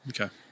Okay